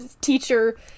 teacher